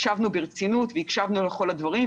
השבנו ברצינות והקשבנו לכל הדברים,